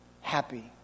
happy